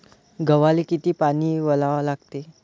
गव्हाले किती पानी वलवा लागते?